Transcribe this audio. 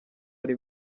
ari